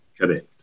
Correct